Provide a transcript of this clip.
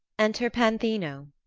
enter panthino